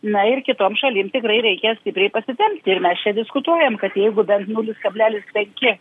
na ir kitom šalim tikrai reikia stipriai pasitempti ir mes čia diskutuojam kad jeigu bent nulis kablelis penki